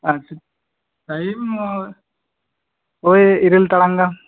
ᱟᱪᱪᱷᱟ ᱴᱟᱭᱤᱢ ᱳᱭ ᱤᱨᱟᱹᱞ ᱴᱟᱲᱟᱝ ᱜᱟᱱ